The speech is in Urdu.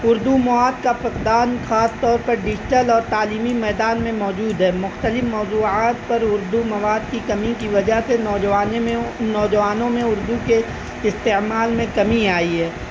اردو مواد کا فقدان خاص طور پر ڈیجٹل اور تعلیمی میدان میں موجود ہے مختلف موضوعات پر اردو مواد کی کمی کی وجہ سے نوجوانوں میں نوجوانوں میں اردو کے استعمال میں کمی آئی ہے